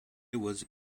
was